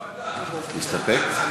להסתפק.